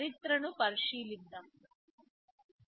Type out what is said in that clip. చరిత్రను పరిశీలిద్దాం